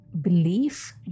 belief